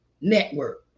Network